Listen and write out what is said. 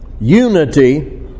Unity